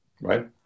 right